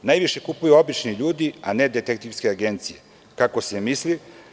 To najviše kupuju obični ljudi, a ne detektivske agencije, kako se misli.